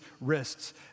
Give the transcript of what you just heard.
wrists